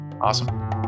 Awesome